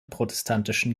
protestantischen